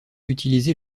utiliser